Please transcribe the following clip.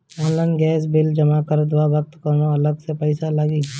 Online gas bill जमा करत वक्त कौने अलग से पईसा लागी?